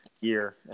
year